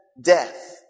death